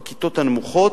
בכיתות הנמוכות,